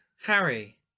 Harry